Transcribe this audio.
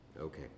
Okay